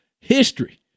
history